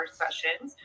sessions